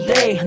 Day